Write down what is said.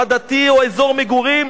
עדתי או אזור מגורים?